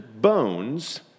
bones